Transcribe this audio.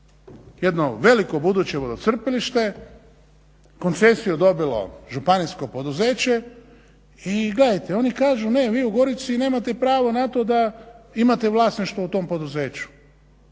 Jedno veliko buduće vodocrpilište koncesiju dobilo županijsko poduzeće i gledajte oni kažu ne vi u Gorici nemate pravo na to da imate vlasništvo u tom poduzeću.